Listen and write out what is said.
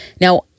Now